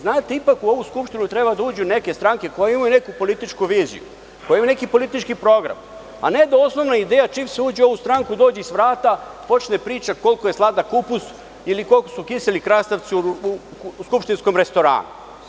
Znate, ipak u ovu Skupštinu treba da uđu neke stranke koje imaju neku političku viziju, koje imaju neki politički program, a ne da osnovna ideja čim se uđe u ovu stranku dođe i sa vrata počne priča koliko je sladak kupus ili koliko su kiseli krastavci u skupštinskom restoranu.